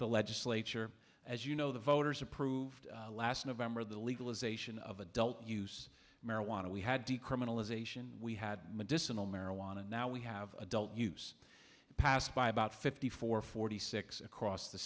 the legislature as you know the voters approved last november the legalization of adult use marijuana we had decriminalization we had medicinal marijuana now we have adult use it passed by about fifty four forty six across the